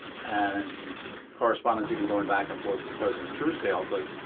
and correspondence, even going back and forth to president truesdale, but